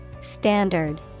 Standard